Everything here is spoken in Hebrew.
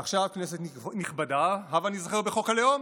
עכשיו, כנסת נכבדה, הבה ניזכר בחוק הלאום.